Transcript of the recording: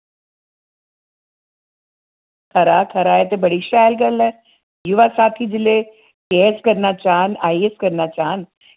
खरा खरा एह् ते बड़ी शैल गल्ल ऐ युवा साथी जिल्ले केएस करना चाह्न आईएस करना चाह्न